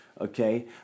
okay